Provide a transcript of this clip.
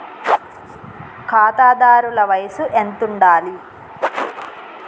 ఖాతాదారుల వయసు ఎంతుండాలి?